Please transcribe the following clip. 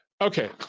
Okay